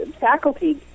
faculty